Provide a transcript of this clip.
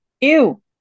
Ew